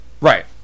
Right